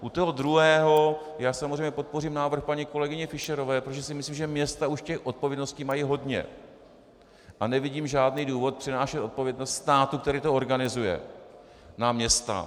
U druhého samozřejmě podpořím návrh paní kolegyně Fischerové, protože si myslím, že města už odpovědností mají hodně, a nevidím žádný důvod přenášet odpovědnost státu, který to organizuje, na města.